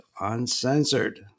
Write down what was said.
uncensored